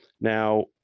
Now